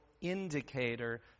indicator